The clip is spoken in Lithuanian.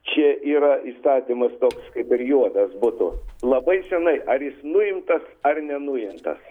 čia yra įstatymas toks kaip ir juodas būtų labai senai ar jis nuimtas ar nenuimtas